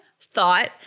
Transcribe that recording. thought